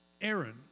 Aaron